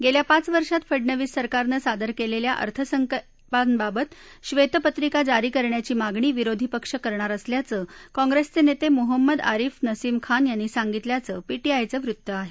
गेल्या पाच वर्षांत फडनवीस सरकारने सादर केलेल्या अर्थसंकल्पांबाबत श्वेतपत्रिका जारी करण्याची मागणी विरोधी पक्ष करणार असल्याचं काँग्रेसचे नेते मोहम्मद आरीफ नसीम खान यांनी सांगितल्याचं पीटीआयचं वृत्त आहे